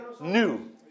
new